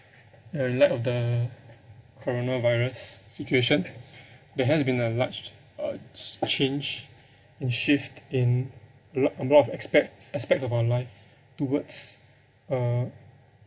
uh in light of the coronavirus situation there has been a large ch~ uh ch~ change and shift in a lot a lot of aspect aspects of our life towards uh